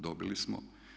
Dobili smo.